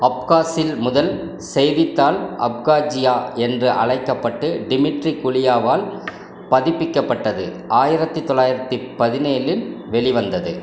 அப்காஸில் முதல் செய்தித்தாள் அப்காஜியா என்று அழைக்கப்பட்டு டிமிட்ரி குலியாவால் பதிப்பிக்கப்பட்டது ஆயிரத்து தொள்ளாயிரத்து பதினேழில் வெளிவந்தது